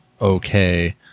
okay